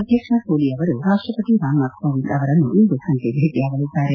ಅಧ್ಯಕ್ಷ ಸೋಲಿ ಅವರು ರಾಷ್ತಪತಿ ರಾಮನಾಥ್ ಕೋವಿಂದ್ ಅವರನ್ನು ಇಂದು ಸಂಜೆ ಭೇಟಿಯಾಗಲಿದ್ದಾರೆ